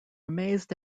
amazed